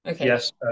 yes